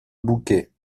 bouquet